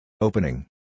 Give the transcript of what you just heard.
Opening